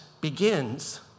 begins